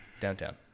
Downtown